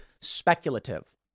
speculative